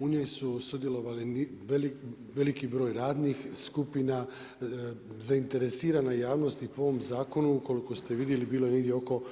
U njoj su sudjelovali veliki broj radnih skupina, zainteresirana javnost i po ovome zakonu, ukoliko ste vidjeli, bili je negdje oko